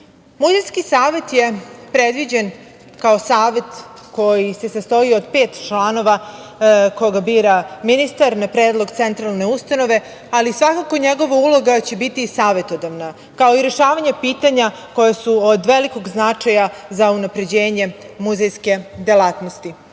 upisani. Muzejski savet je predviđen kao savet koji se sastoji od pet članova koga bira ministar na predlog centralne ustanove ali svakako njegova uloga će biti savetodavna, kao i rešavanje pitanja koje su od velikog značaja za unapređenje muzejske delatnosti.